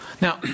now